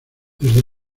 desde